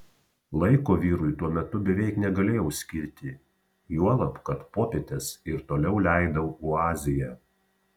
laiko vyrui tuo metu beveik negalėjau skirti juolab kad popietes ir toliau leidau oazėje